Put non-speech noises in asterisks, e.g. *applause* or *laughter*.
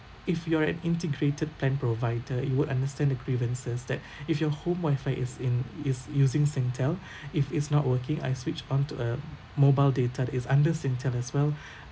if you are an integrated plan provider you would understand the grievances that *breath* if your home wifi is in is using Singtel *breath* if it's not working I switch on to uh mobile data it's under Singtel as well *breath*